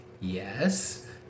yes